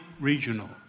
regional